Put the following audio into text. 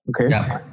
Okay